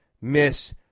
miss